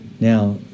now